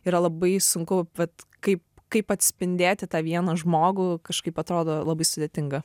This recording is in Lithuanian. yra labai sunku vat kaip kaip atspindėti tą vieną žmogų kažkaip atrodo labai sudėtinga